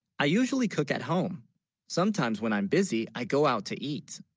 i usually cook at home sometimes when i'm busy i go out to eat